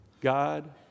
god